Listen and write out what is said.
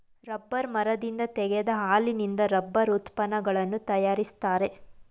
rubber ಮರದಿಂದ ತೆಗೆದ ಹಾಲಿನಿಂದ ರಬ್ಬರ್ ಉತ್ಪನ್ನಗಳನ್ನು ತರಯಾರಿಸ್ತರೆ